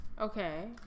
Okay